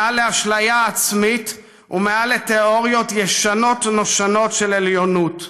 מעל לאשליה עצמית ומעל לתיאוריות ישנות נושנות של עליונות.